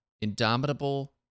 Indomitable